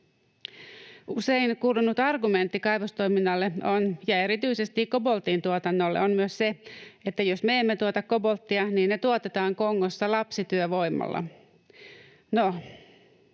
Usein kuulunut argumentti kaivostoiminnalle — ja erityisesti koboltin tuotannolle — on myös se, että jos me emme tuota kobolttia, niin se tuotetaan Kongossa lapsityövoimalla.